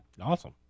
Awesome